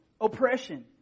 oppression